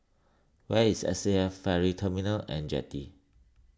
where is S C F Ferry Terminal and Jetty